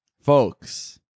Folks